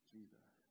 Jesus